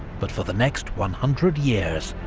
but for the next one hundred years.